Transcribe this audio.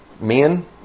men